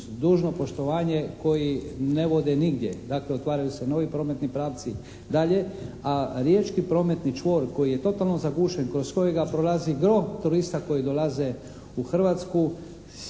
dužno poštovanje koji ne vode nigdje. Dakle, otvaraju se novi prometni pravci dalje. A riječki prometni čvor koji je totalno zagušen, kroz kojega prolazi gro turista koji dolaze u Hrvatsku,